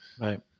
Right